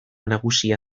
nagusia